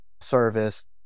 service